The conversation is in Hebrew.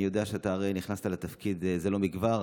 אני יודע שאתה נכנסת לתפקיד זה לא מכבר,